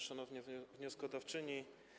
Szanowna Wnioskodawczyni!